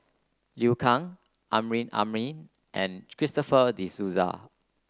Liu Kang Amrin Amin and Christopher De Souza